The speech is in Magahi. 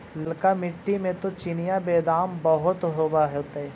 ललका मिट्टी मे तो चिनिआबेदमां बहुते होब होतय?